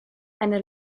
eine